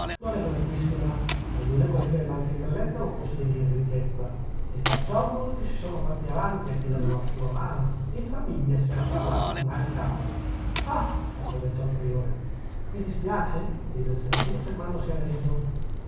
non è bruttissima almeno quel che le manca in bellezza lo possiede in ricchezza e perciò molti si sono fatti avanti a chiedere la sua mano e in famiglia s'era parlato di maritarla ah scappò detto al priore vi dispiace chiese il serafino fermandosi a mezzo